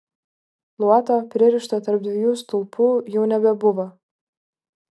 luoto pririšto tarp dviejų stulpų jau nebebuvo